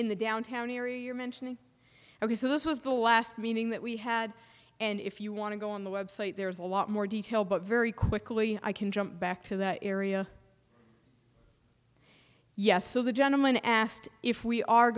in the downtown area you're mentioning because this was the last meeting that we had and if you want to go on the web site there's a lot more detail but very quickly i can jump back to that area yes so the gentleman asked if we are